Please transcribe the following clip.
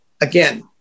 again